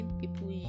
people